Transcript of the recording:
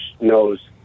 knows